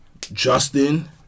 Justin